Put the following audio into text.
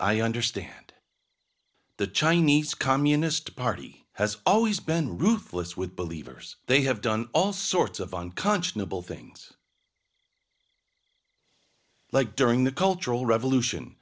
i understand the chinese communist party has always been ruthless with believers they have done all sorts of unconscionable things like during the cultural revolution